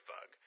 Bug